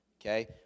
okay